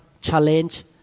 challenge